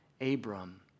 Abram